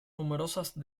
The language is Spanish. numerosas